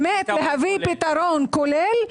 באמת להביא פתרון כולל,